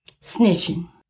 Snitching